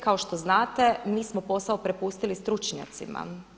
Kao što znate mi smo posao prepustili stručnjacima.